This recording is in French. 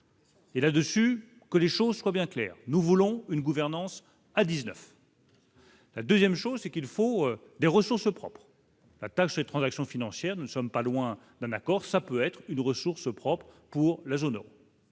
Et là-dessus, que les choses soient bien claires, nous voulons une gouvernance à 19. La 2ème chose c'est qu'il faut des ressources propres. La Taxe transactions financières, nous ne sommes pas loin d'un accord, ça peut être une ressource propre pour la zone au.